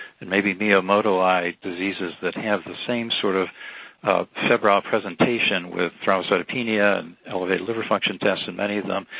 and maybe miyamotoi like diseases that have the same sort of febrile presentation with thrombocytopenia and elevated liver function tests and many of them,